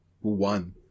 one